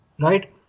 right